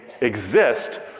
exist